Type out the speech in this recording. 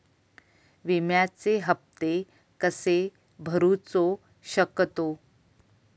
विम्याचे हप्ते कसे भरूचो शकतो?